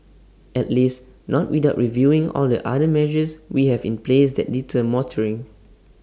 at least not without reviewing all the other measures we have in place that deter motoring